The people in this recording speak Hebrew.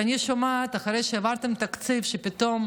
כשאני שומעת, אחרי שהעברתם תקציב, שפתאום